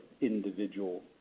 individual